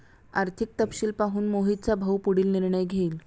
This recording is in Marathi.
आर्थिक तपशील पाहून मोहितचा भाऊ पुढील निर्णय घेईल